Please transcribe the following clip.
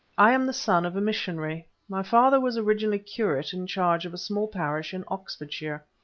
i am the son of a missionary. my father was originally curate in charge of a small parish in oxfordshire.